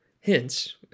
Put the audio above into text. Hence